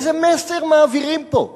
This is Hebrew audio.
איזה מסר מעבירים פה?